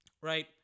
right